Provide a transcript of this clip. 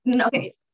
Okay